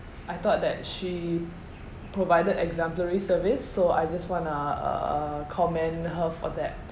I thought that she provided exemplary service so I just want to uh commend her for that